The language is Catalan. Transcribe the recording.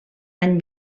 any